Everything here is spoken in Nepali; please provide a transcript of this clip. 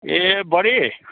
A body